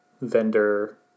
vendor